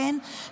כן,